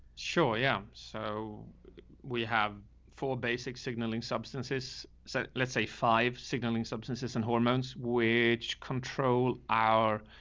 sure. yeah. so we have four basic signaling substances, say, let's say five signaling substances and hormones, which control our